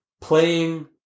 playing